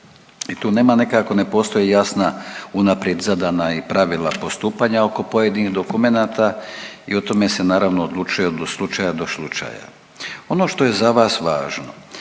nema nekako, ne postoje jasna unaprijed zadana i pravila postupanja oko pojedinih dokumenata i o tome se naravno odlučuje do slučaja do slučaja. Ono što je za vas važno,